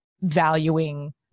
valuing